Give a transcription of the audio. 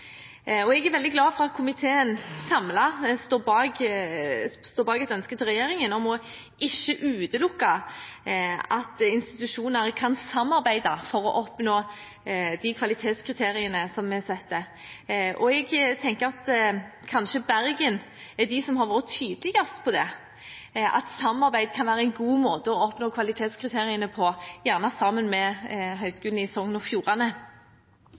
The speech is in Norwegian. styrkes. Jeg er veldig glad for at en samlet komité står bak ønsket om å be regjeringen ikke utelukke at institusjoner kan samarbeide for å oppnå de kvalitetskriteriene som vi setter. Jeg tenker at kanskje er det Bergen – gjerne sammen med Høgskulen i Sogn og Fjordane – som har vært tydeligst på at samarbeid kan være en god måte å oppnå kvalitetskriteriene på.